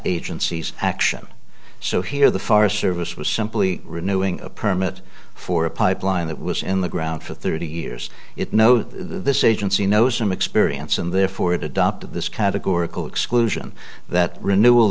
agency's action so here the forest service was simply renewing a permit for a pipeline that was in the ground for thirty years it no this agency knows from experience and therefore it adopted this categorical exclusion that renewal